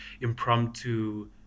impromptu